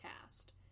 cast